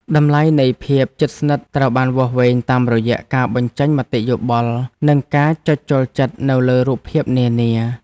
តម្លៃនៃភាពជិតស្និទ្ធត្រូវបានវាស់វែងតាមរយៈការបញ្ចេញមតិយោបល់ និងការចុចចូលចិត្តនៅលើរូបភាពនានា។